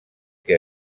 que